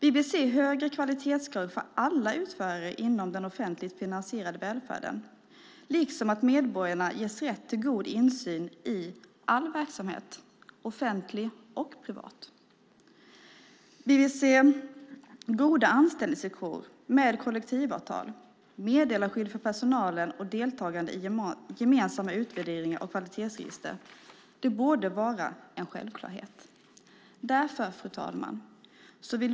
Vi vill se högre kvalitetskrav för alla utförare inom den offentligt finansierade välfärden, liksom att medborgarna ges rätt till god insyn i all verksamhet - offentlig och privat. Vi vill se goda anställningsvillkor med kollektivavtal, meddelarskydd för personalen och deltagande i gemensamma utvärderingar och kvalitetsregister. Det borde vara en självklarhet. Fru talman!